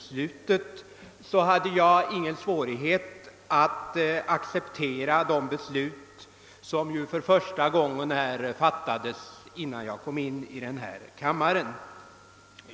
Herr talman! I motsats till herr Wachtmeister som kom i samvetskonflikt inför det definitiva grundlagsbeslutet hade jag ingen svårighet att acceptera det beslut som hade fattats den första gången innan jag kom in i denna kammare.